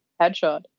headshot